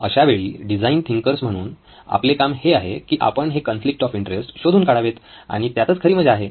अशावेळी design thinkers म्हणून आपले काम हे आहे की आपण हे कॉन्फ्लिक्ट ऑफ इंटरेस्ट शोधून काढावेत आणि त्यातच खरी मजा आहे